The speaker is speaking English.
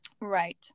right